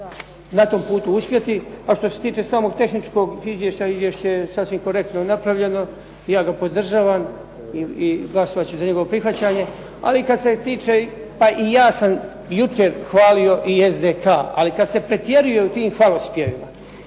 na tom putu uspjeti. A što se tiče samog tehničkog izvješća, izvješće je sasvim korektno napravljeno i ja ga podržavam i glasovat ću za njegovo prihvaćanje. Pa ja sam jučer hvalio i SDK-a ali kada se pretjeruje u tim hvalospjevima,